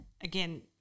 again